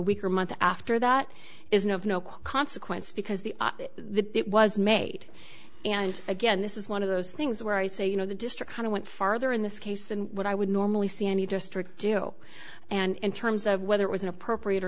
week or month after that isn't of no consequence because the the it was made and again this is one of those things where i say you know the district kind of went farther in this case than what i would normally see any district do and in terms of whether it was inappropriate or